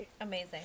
Amazing